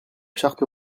charte